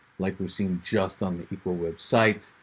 like we've seen just on the equal web site.